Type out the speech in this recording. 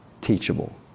teachable